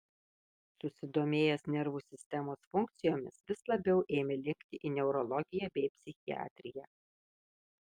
susidomėjęs nervų sistemos funkcijomis vis labiau ėmė linkti į neurologiją bei psichiatriją